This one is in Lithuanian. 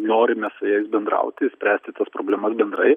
norime su jais bendrauti spręsti tas problemas bendrai